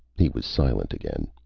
he was silent again.